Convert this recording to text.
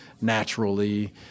naturally